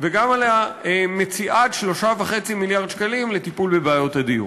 וגם על מציאת 3.5 מיליארד שקלים לטיפול בבעיות הדיור.